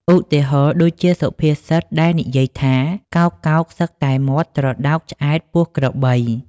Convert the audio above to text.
ឧទាហរណ៍ដូចជាសុភាពសិតដែលនិយាយថា កោកៗសឹកតែមាត់ត្រដោកឆ្អែតពោះក្របី។